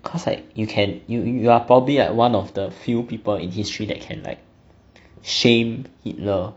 cause like you can you you are probably like one of the few people in history that can like shame hitler